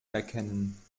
erkennen